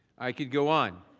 i could go on.